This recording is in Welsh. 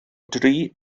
dri